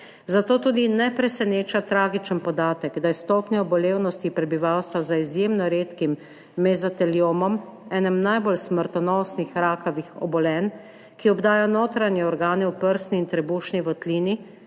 Zato tudi ne preseneča tragičen podatek, da je stopnja obolevnosti prebivalstva za izjemno redkim mezoteliomom, enem najbolj smrtonosnih rakavih obolenj, ki obdaja notranje organe v prsni in trebušni votlini,